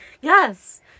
Yes